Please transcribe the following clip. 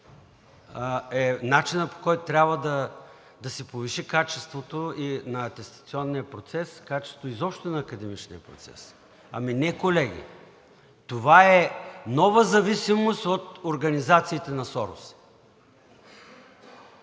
е начинът, по който трябва да се повиши качеството и на атестационния процес, качеството изобщо на академичния процес? Ами не, колеги. Това е нова зависимост от организациите на Сорос.